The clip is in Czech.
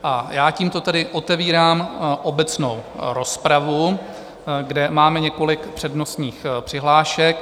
A já tímto tedy otevírám obecnou rozpravu, kde máme několik přednostních přihlášek.